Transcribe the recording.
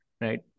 right